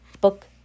Book